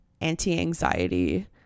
anti-anxiety